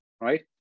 right